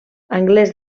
anglès